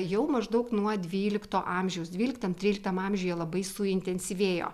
jau maždaug nuo dvylikto amžiaus dvyliktam tryliktam amžiuje labai suintensyvėjo